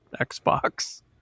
Xbox